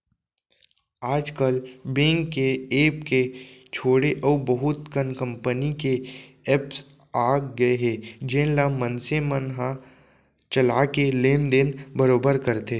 आज काल बेंक के ऐप के छोड़े अउ बहुत कन कंपनी के एप्स आ गए हे जेन ल मनसे मन ह चला के लेन देन बरोबर करथे